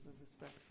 respect